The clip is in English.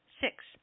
Six